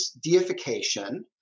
deification